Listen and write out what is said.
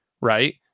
right